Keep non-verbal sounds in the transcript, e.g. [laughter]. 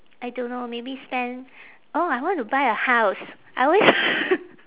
I don't know maybe spend oh I want to buy a house I always [laughs]